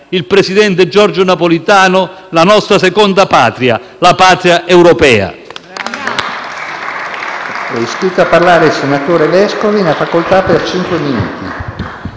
il presidente Giorgio Napolitano, la nostra seconda patria: la patria europea.